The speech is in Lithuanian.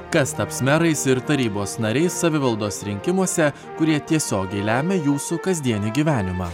kas taps merais ir tarybos nariais savivaldos rinkimuose kurie tiesiogiai lemia jūsų kasdienį gyvenimą